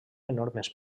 enormes